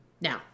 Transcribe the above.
Now